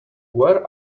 where